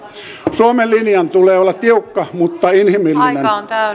suomen linjan tulee olla tiukka mutta inhimillinen